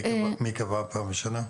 מי קבע שזה יהיה פעם בשנה?